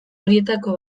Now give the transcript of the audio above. horietako